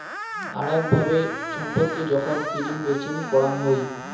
আরাক ভাবে ছম্পত্তি যখন কিনিম বেচিম করাং হই